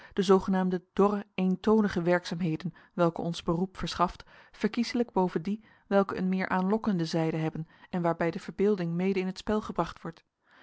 de zoogenaamde dorre eentonige werkzaamheden welke ons beroep verschaft verkieslijk boven die welke een meer aanlokkende zijde hebben en waarbij de verbeelding mede in t spel gebracht wordt